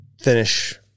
finish